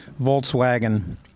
Volkswagen